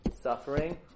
suffering